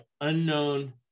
unknown